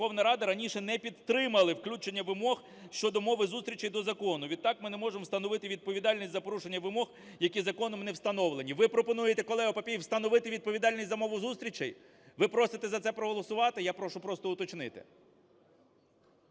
Ви пропонуєте, колего Папієв, встановити відповідальність за мову зустрічей? Ви просите за це проголосувати? Я прошу просто уточнити.